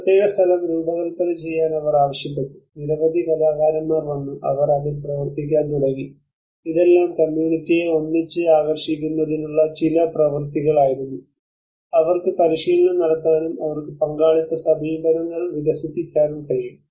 ഈ പ്രത്യേക സ്ഥലം രൂപകൽപ്പന ചെയ്യാൻ അവർ ആവശ്യപ്പെട്ടു നിരവധി കലാകാരന്മാർ വന്നു അവർ അതിൽ പ്രവർത്തിക്കാൻ തുടങ്ങി ഇതെല്ലാം കമ്മ്യൂണിറ്റിയെ ഒന്നിച്ച് ആകർഷിക്കുന്നതിനുള്ള ചില പ്രവർത്തികൾ ആയിരുന്നു അവർക്ക് പരിശീലനം നടത്താനും അവർക്ക് പങ്കാളിത്ത സമീപനങ്ങൾ വികസിപ്പിക്കാനും കഴിയും